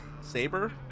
Saber